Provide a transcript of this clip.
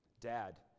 Dad